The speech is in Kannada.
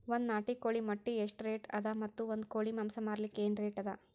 ಒಂದ್ ನಾಟಿ ಕೋಳಿ ಮೊಟ್ಟೆ ಎಷ್ಟ ರೇಟ್ ಅದ ಮತ್ತು ಒಂದ್ ಕೋಳಿ ಮಾಂಸ ಮಾರಲಿಕ ಏನ ರೇಟ್ ಅದ?